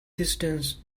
distance